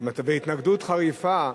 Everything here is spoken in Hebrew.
התנגדות חריפה,